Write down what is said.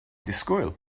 disgwyl